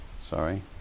Sorry